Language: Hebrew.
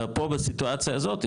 פה הסיטואציה הזאתי,